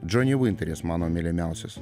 džony vinteris mano mylimiausias